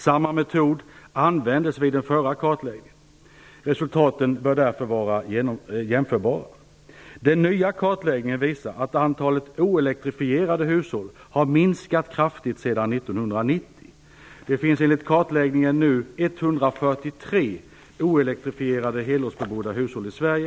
Samma metod användes vid den förra kartläggningen. Resultaten bör därför vara jämförbara. Den nya kartläggningen visar att antalet oelektrifierade hushåll har minskat kraftigt sedan år 1990. Det finns enligt kartläggningen nu 143 oelektrifierade helårsbebodda hushåll i Sverige.